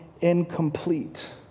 incomplete